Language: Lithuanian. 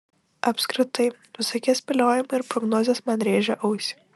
apskritai visokie spėliojimai ir prognozės man rėžia ausį